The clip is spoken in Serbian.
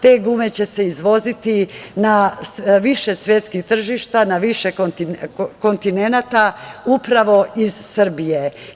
Te gume će se izvoziti na više svetskih tržišta, na više kontinenata, upravo iz Srbije.